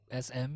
SM